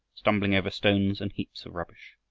stumbling over stones and heaps of rubbish.